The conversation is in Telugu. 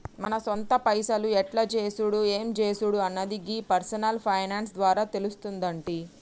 మన సొంత పైసలు ఎట్ల చేసుడు ఎం జేసుడు అన్నది గీ పర్సనల్ ఫైనాన్స్ ద్వారా తెలుస్తుందంటి